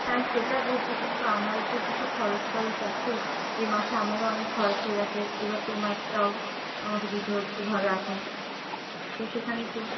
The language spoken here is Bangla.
হ্যাঁ সেটা বুঝছি কিন্তু আমারও তো কিছু খরচ টরচ আছে এ মাসে আমারও অনেক খরচ হয়ে গিয়েছে এ বার তোমারটাও আমাকে দিতে হচ্ছে ধর এখন তো সেখানে একটু